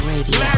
Radio